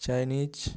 Chinese